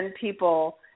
people